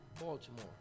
Baltimore